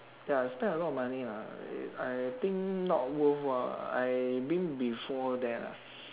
ya I spend a lot of money lah I I think not worthwhile I been before there lah